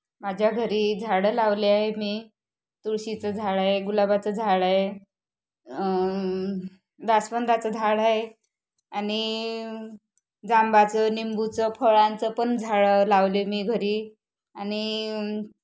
माझ्या घरी झाडं लावले आहे मी तुळशीचं झाड आहे गुलाबाचं झाड आहे जास्वंदाचं झाड आहे आणि जांबाचं निंबूचं फळांचं पण झाडं लावले मी घरी आणि